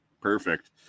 perfect